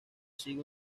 sigue